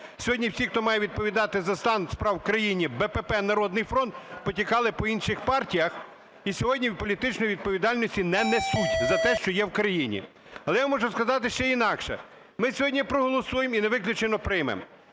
Сьогодні всі, хто має відповідати за стан справ у країні – БПП, "Народний фронт" – повтікали по інших партіях, і сьогодні політичної відповідальності не несуть за те, що є в країні. Але я можу сказати ще інакше. Ми сьогодні проголосуємо і, не виключено, приймемо.